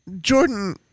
Jordan